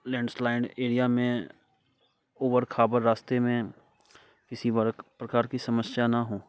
landslide area में ऊबड़ खाबड़ रास्ते में किसी बड़े प्रकार की समस्या ना हो